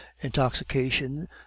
intoxication